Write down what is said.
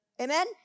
Amen